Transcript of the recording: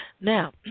Now